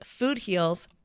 FOODHEALS